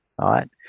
right